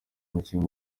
umukinnyi